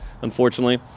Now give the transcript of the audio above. unfortunately